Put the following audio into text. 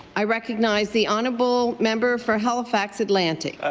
i recognize the honourable member for halifax atlantic.